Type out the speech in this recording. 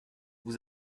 vous